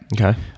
Okay